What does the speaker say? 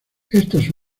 estos